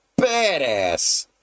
badass